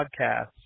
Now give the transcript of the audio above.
podcasts